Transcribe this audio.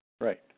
Right